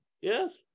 Yes